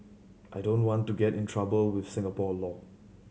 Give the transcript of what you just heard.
I don't want to get in trouble with Singapore law